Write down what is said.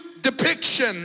depiction